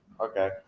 Okay